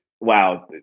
wow